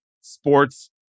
sports